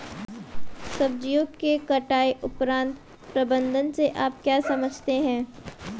सब्जियों के कटाई उपरांत प्रबंधन से आप क्या समझते हैं?